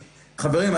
חברים,